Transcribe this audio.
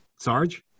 Sarge